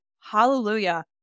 hallelujah